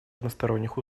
односторонних